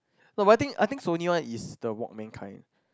no but I think I think Sony one is the walkman kind